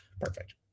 perfect